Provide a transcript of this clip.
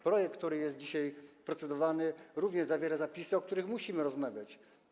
Projekt, który jest dzisiaj procedowany, również zawiera zapisy, o których musimy rozmawiać.